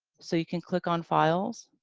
so, you can click on files.